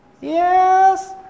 Yes